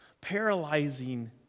paralyzing